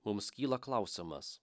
mums kyla klausimas